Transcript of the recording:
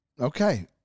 Okay